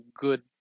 good